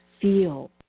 feel